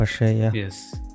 yes